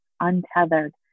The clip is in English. untethered